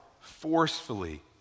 forcefully